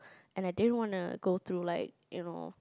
and I didn't wanna go through like you know